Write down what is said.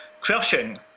crushing